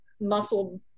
muscle